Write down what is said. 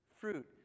fruit